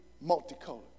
multicolored